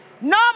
no